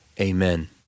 Amen